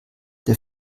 der